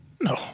No